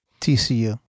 TCU